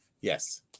Yes